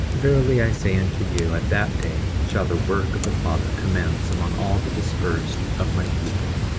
verily i say unto you, at that day shall the work of the father commence among all the dispersed of my people,